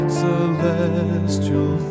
celestial